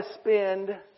spend